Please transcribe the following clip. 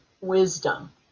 wisdom